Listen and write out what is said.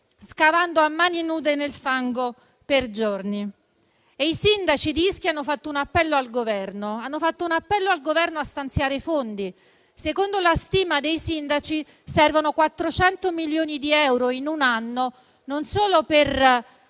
scavando a mani nude nel fango per giorni. I sindaci di Ischia hanno rivolto un appello al Governo a stanziare i fondi. Secondo la stima dei sindaci, servono 400 milioni di euro in un anno non solo per